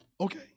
okay